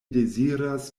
deziras